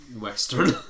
Western